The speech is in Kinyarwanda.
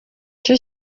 cyo